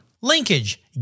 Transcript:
linkage